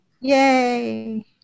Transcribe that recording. Yay